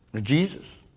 Jesus